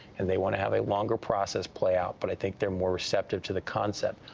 and they want to have a longer process play out. but i think they are more receptive to the concept.